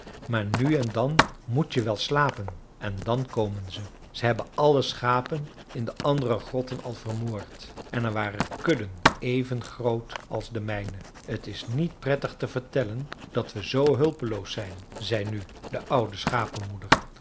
maar nu en dan moet je wel slapen en dan komen ze ze hebben alle schapen in de andere grotten al vermoord en er waren kudden even groot als de mijne t is niet prettig te vertellen dat we zoo hulpeloos zijn zei nu de oude